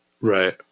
Right